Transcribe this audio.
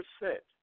percent